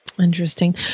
Interesting